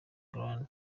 grande